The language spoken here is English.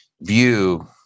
view